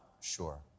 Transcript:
Sure